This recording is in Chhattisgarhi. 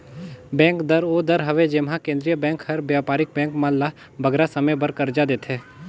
बेंक दर ओ दर हवे जेम्हां केंद्रीय बेंक हर बयपारिक बेंक मन ल बगरा समे बर करजा देथे